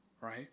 Right